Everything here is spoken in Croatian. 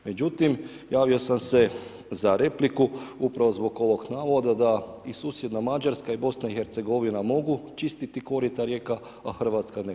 Međutim, javio sam se za repliku upravo zbog ovog navoda da i susjedna Mađarska i BiH mogu čistiti korita rijeka a Hrvatska ne.